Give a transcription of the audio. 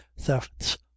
thefts